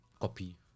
Copy